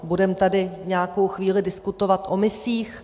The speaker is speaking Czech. Budeme tady v nějakou chvíli diskutovat o misích.